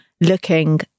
looking